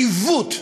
עיוות.